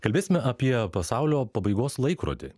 kalbėsime apie pasaulio pabaigos laikrodį